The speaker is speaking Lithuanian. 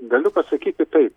galiu pasakyti taip